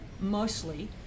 mostly